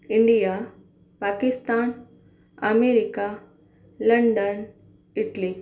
India Pakistan America London Italy